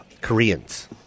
Koreans